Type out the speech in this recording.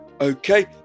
Okay